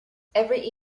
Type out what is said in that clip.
every